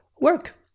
work